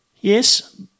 yes